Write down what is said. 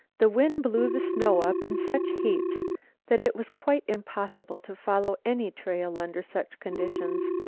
the wind blew the snow up in such heaps that it was quite impossible to follow any trail under such conditions.